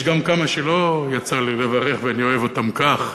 יש גם כמה שלא יצא לי לברך, ואני אוהב אותם כך.